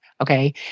okay